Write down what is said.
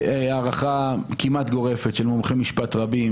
ההערכה הכמעט גורפת של מומחי משפט רבים